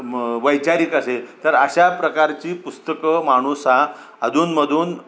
वैचारिक असेल तर अशा प्रकारची पुस्तकं माणूस हा अधूनमधून